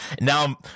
now